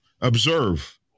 observe